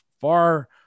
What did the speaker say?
far